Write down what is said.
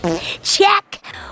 Check